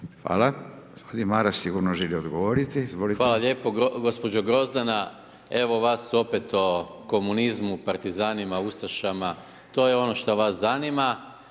Izvolite. **Maras, Gordan (SDP)** Hvala lijepo. Gospođo Grozdana, evo vas opet o komunizmu, partizanima, ustašama. To je ono što vas zanima,